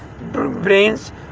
brains